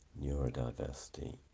neurodiversity